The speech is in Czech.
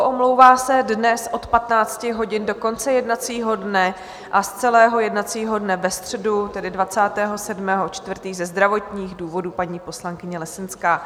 Omlouvá se dnes od 15 hodin do konce jednacího dne a z celého jednacího dne ve středu, tedy 27. 4., ze zdravotních důvodů paní poslankyně Lesenská.